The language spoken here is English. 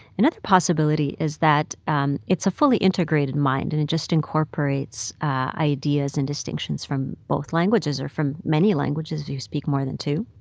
another possibility is that um it's a fully integrated mind, and it just incorporates ideas and distinctions from both languages or from many languages if you speak more than two.